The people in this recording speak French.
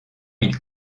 ils